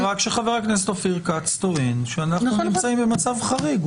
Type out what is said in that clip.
רק שחה"כ אופיר כץ טוען שאנחנו נמצאים במצב חריג.